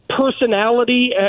personality